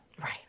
Right